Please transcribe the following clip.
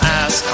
ask